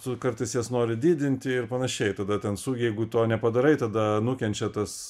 tu kartais jas nori didinti ir panašiai tada ten jeigu to nepadarai tada nukenčia tas